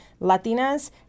Latinas